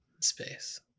Space